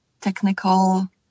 technical